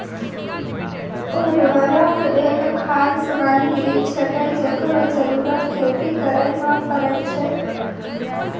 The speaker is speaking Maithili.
उर्वरक एक खाद सामग्री छिकै, जेकरो जरूरत खेती करै म परै छै